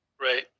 Right